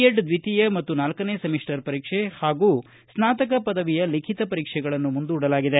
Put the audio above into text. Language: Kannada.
ಎಡ್ ದ್ವಿತೀಯ ಮತ್ತು ನಾಲ್ಕನೇ ಸೆಮಿಸ್ಟರ್ ಪರೀಕ್ಷೆ ಪಾಗೂ ಸ್ನಾತಕ ಪದವಿಯ ಲಿಖಿತ ಪರೀಕ್ಷೆಗಳನ್ನು ಮುಂದೂಡಲಾಗಿದೆ